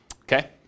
okay